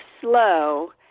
slow